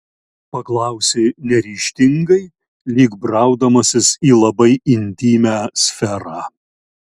paklausė neryžtingai lyg braudamasis į labai intymią sferą